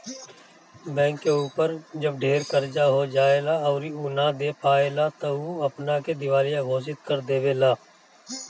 bank के ऊपर जब ढेर कर्जा हो जाएला अउरी उ ना दे पाएला त उ अपना के दिवालिया घोषित कर देवेला